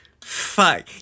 Fuck